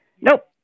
nope